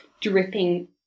dripping